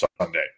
Sunday